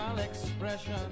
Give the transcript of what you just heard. expression